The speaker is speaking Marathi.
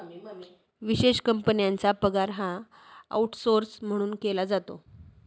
विशेष कंपन्यांचा पगार हा आऊटसौर्स म्हणून केला जातो